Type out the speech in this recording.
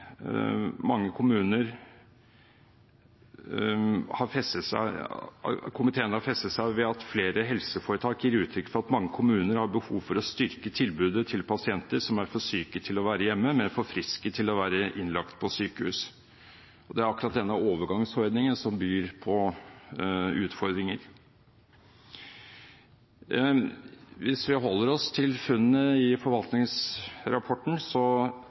flere helseforetak gir uttrykk for at mange kommuner har behov for å styrke tilbudet til pasienter som er for syke til å være hjemme, men for friske til å være innlagt på sykehus. Det er akkurat denne overgangsordningen som byr på utfordringer. Hvis vi holder oss til funnene i forvaltningsrapporten,